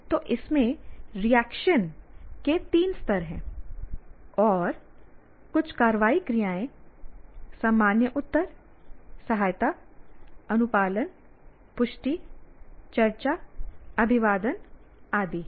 तो इसमें रिएक्शन के तीन स्तर हैं और कुछ कार्रवाई क्रियाएं सामान्य उत्तर सहायता अनुपालन पुष्टि चर्चा अभिवादन आदि हैं